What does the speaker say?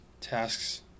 tasks